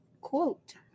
quote